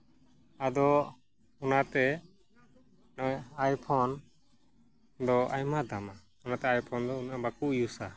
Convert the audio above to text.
ᱟᱫᱚ ᱚᱱᱟᱛᱮ ᱟᱭ ᱯᱷᱳᱱ ᱫᱚ ᱟᱭᱢᱟ ᱫᱟᱢ ᱚᱱᱟᱛᱮ ᱟᱭ ᱯᱷᱳᱱ ᱫᱚ ᱵᱟᱠᱚ ᱤᱭᱩᱡᱽᱼᱟ